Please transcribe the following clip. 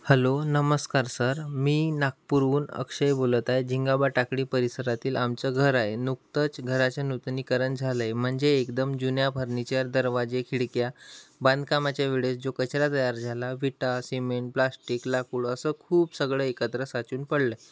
hello नमस्कार sir मी नागपूरहून अक्षय बोलतय झिंगाबा टेकडी परिसरातील आमचं घर आहे नुकतंच घराचं नूतनीकरण झालंय म्हणजे एकदम जुन्या फर्निचर दरवाजे खिडक्या बांधकामाच्या वेळेस जो कचरा तयार झाला विटा सिमेंट प्लास्टिक लाकूड असं खूप सगळं एकत्र साचून पडलं